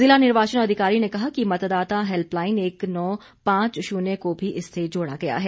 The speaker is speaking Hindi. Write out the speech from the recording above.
जिला निर्वाचन अधिकारी ने कहा कि मतदाता हेल्पलाइन एक नौ पांच शून्य को भी इससे जोड़ा गया है